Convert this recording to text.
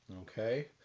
Okay